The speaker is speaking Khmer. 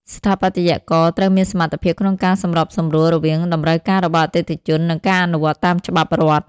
ស្ថាបត្យករត្រូវមានសមត្ថភាពក្នុងការសម្របសម្រួលរវាងតម្រូវការរបស់អតិថិជន និងការអនុវត្តតាមច្បាប់រដ្ឋ។